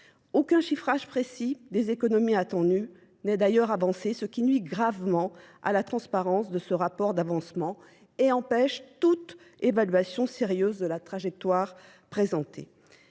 Aucun chiffrage précis des économies attendues n'est d'ailleurs avancé, ce qui nuit gravement à la transparence de ce rapport d'avancement et empêche toute évaluation sérieuse de la trajectoire présentée.